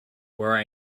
where